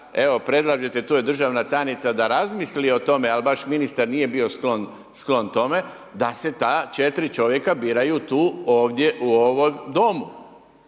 evo predlažete, tu je državna tajnice da razmisli o tome, ali baš ministar nije bio sklon tome, da se ta 4 čovjeka biraju tu, ovdje u ovom domu